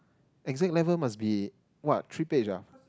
exact level must be what three page ah